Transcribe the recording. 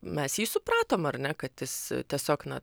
mes jį supratom ar ne kad jis tiesiog na